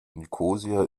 nikosia